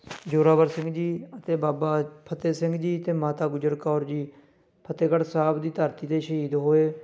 ਜ਼ੋਰਾਵਰ ਸਿੰਘ ਜੀ ਅਤੇ ਬਾਬਾ ਫਤਿਹ ਸਿੰਘ ਜੀ ਅਤੇ ਮਾਤਾ ਗੁਜਰ ਕੌਰ ਜੀ ਫਤਿਹਗੜ੍ਹ ਸਾਹਿਬ ਦੀ ਧਰਤੀ 'ਤੇ ਸ਼ਹੀਦ ਹੋਏ